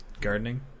Gardening